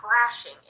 crashing